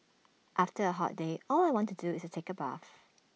after A hot day all I want to do is take A bath